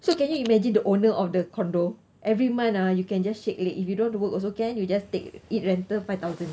so can you imagine the owner of the condo every month ah you can just shake leg if you don't work also can you just take it rental five thousand